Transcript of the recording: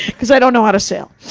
cause i don't know how to sail.